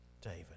David